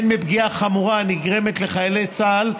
והן מהפגיעה החמורה הנגרמת לחיילי צה"ל,